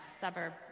suburb